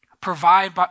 provide